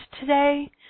today